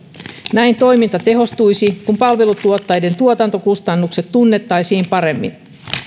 näin toiminta tehostuisi kun palvelutuotteiden tuotantokustannukset tunnettaisiin paremmin